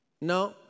no